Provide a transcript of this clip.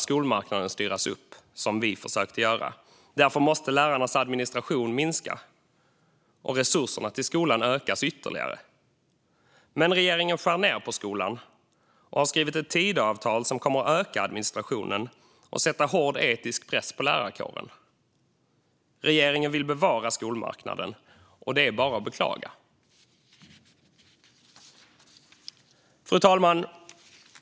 Skolmarknaden behöver styras upp, vilket vi försökte göra, och lärarnas administration måste minska. Resurserna till skolan måste ökas ytterligare. Men regeringen skär ned på skolan och har skrivit ett Tidöavtal som kommer att öka administrationen och sätta hård etisk press på lärarkåren. Regeringen vill bevara skolmarknaden, och det är bara att beklaga. Fru talman!